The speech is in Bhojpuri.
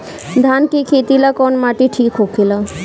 धान के खेती ला कौन माटी ठीक होखेला?